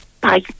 Bye